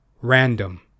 random